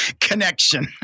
Connection